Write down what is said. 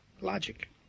Logic